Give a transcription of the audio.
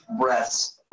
breaths